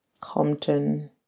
Compton